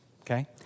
okay